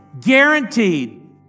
guaranteed